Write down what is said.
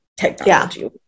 technology